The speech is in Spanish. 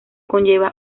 conlleva